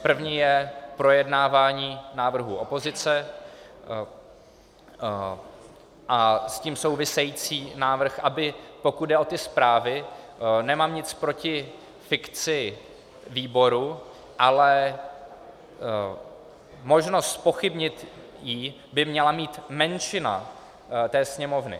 První je projednávání návrhů opozice a s tím související návrh, aby pokud jde o ty zprávy, nemám nic proti fikci výboru, ale možnost zpochybnit ji by měla mít menšina té Sněmovny.